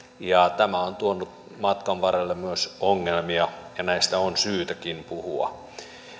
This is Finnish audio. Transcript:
ja tämä on tuonut matkan varrelle myös ongelmia ja näistä on syytäkin puhua